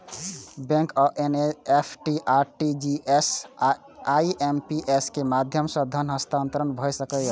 bank सं NEFT, RTGS, IMPS के माध्यम सं धन हस्तांतरण भए सकैए